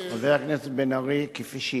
חבר הכנסת בן-ארי,